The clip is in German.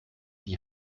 die